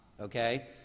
okay